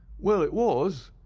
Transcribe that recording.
well, it was,